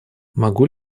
могу